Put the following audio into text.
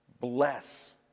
bless